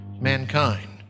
mankind